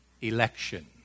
election